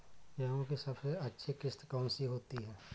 गेहूँ की सबसे अच्छी किश्त कौन सी होती है?